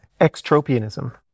Extropianism